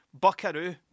Buckaroo